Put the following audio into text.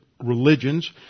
religions